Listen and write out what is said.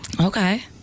Okay